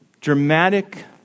dramatic